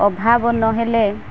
ଅଭାବ ନହେଲେ